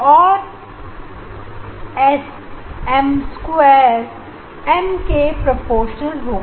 और S M square M के proportional होगा